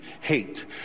hate